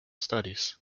studies